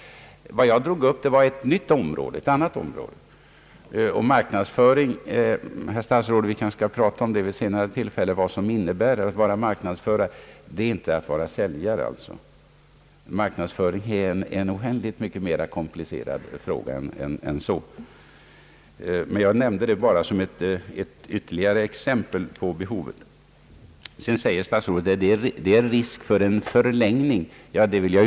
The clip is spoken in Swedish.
Vad jag tog upp var en annan fråga. Vi skall kanske vid ett senare tillfälle, herr statsråd, tala om vad det innebär att vara marknadsförare. Det är inte att vara säljare. Marknadsföring är oändligt mycket mera komplicerad än så. Jag nämnde marknadsföringen bara som ett ytterligare exempel på behovet. Statsrådet säger att det är risk för en förlängning av studietiden.